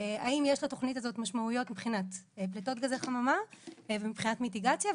האם יש לתוכנית הזאת משמעויות מבחינת פליטות גזי חממה ומבחינת מיטיגציה,